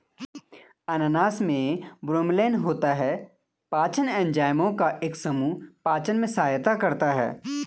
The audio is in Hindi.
अनानास में ब्रोमेलैन होता है, पाचन एंजाइमों का एक समूह पाचन में सहायता करता है